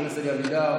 חבר הכנסת אלי אבידר,